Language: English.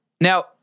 Now